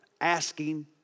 asking